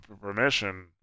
permission